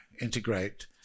integrate